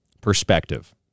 perspective